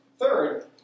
Third